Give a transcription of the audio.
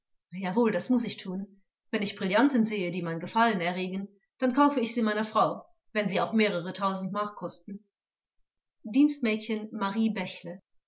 jawohl das muß ich tun wenn ich brillanten sehe die mein gefallen erregen dann kaufe ich sie meiner frau wenn sie auch mehrere tausend mark kosten dienstmädchen marie